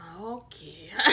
Okay